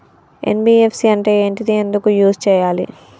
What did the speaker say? NBFC అంటే ఏంటిది ఎందుకు యూజ్ చేయాలి?